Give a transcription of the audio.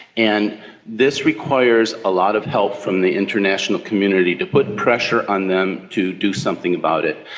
and this requires a lot of help from the international community to put pressure on them to do something about it.